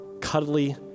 cuddly